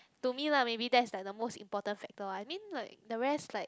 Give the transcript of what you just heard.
to me lah maybe that is like the most important factor I mean like the rest like